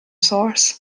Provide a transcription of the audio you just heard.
source